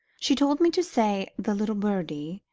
she told me to say, the little birdie,